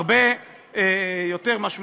באופן הרבה יותר משמעותי.